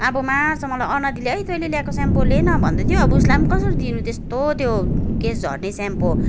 अब मार्छ मलाई अना दिदीले ओइ तैँले ल्याएको स्याम्पू ले न भन्दै थियो अब उसलाई पनि कसरी दिनु त्यस्तो त्यो केश झर्ने स्याम्पू